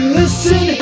listen